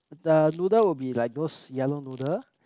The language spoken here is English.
the noodle will be like those yellow noodle